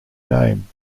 name